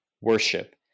worship